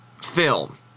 film